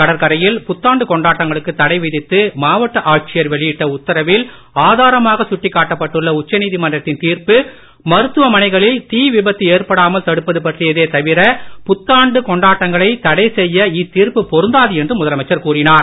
கடற்கரையில் புத்தாண்டு கொண்டாட்டங்களுக்கு தடை விதித்து மாவட்ட ஆட்சியர் வெளியிட்ட உத்தரவில் ஆதாரமாக சுட்டிக்காட்டப்பட்டுள்ள உச்சநீதிமன்றத்தின் தீர்ப்பு மருத்துவமனைகளில் தீ விபத்து ஏற்படாமல் தடுப்பது பற்றியதே தவிர புத்தாண்டு கொண்டாட்டங்களை தடை செய்ய இத்தீர்ப்பு பொருந்தாது என்றும் முதலமைச்சர் கூறினார்